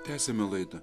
tęsiame laidą